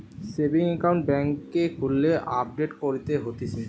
savings account বেংকে খুললে update করতে হতিছে